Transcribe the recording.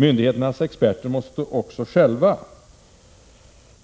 Myndigheternas experter måste också själva